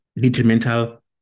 detrimental